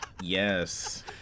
Yes